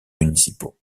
municipaux